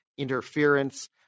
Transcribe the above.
interference